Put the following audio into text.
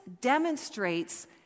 demonstrates